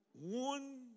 One